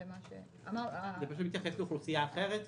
זה מתייחס לאוכלוסייה אחרת,